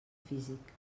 físic